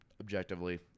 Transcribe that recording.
objectively